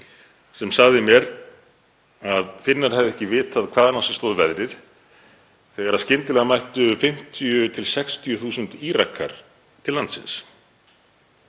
sem sagði mér að Finnar hefðu ekki vitað hvaðan á sig stóð veðrið þegar skyndilega mættu 50.000–60.000 Írakar til landsins.